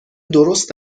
درست